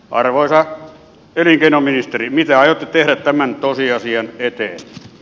arvoisa elinkeinoministeri mitä aiotte tehdä tämän tosiasian eteen